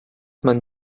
man